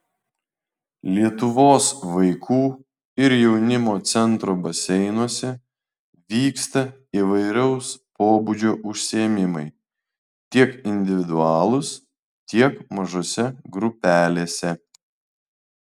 lietuvos vaikų ir jaunimo centro baseinuose vyksta įvairaus pobūdžio užsiėmimai tiek individualūs tiek mažose grupelėse